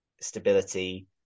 stability